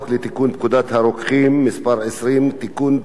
לתיקון פקודת הרוקחים (מס' 20) (תיקון,